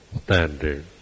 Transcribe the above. standard